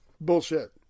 Bullshit